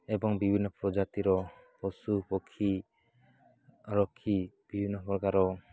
ଏବଂ ବିଭିନ୍ନ ପ୍ରଜାତିର ପଶୁ ପକ୍ଷୀ ରଖି ବିଭିନ୍ନପ୍ରକାର